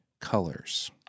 colors